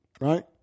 right